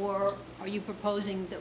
or are you proposing that